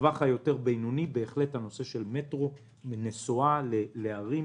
בטווח הבינוני נושא של מטרו, נסועה לערים.